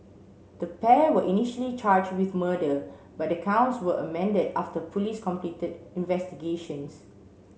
the pair were initially charged with murder but the counts were amended after police completed investigations